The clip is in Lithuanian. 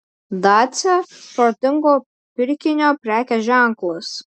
dacia protingo pirkinio prekės ženklas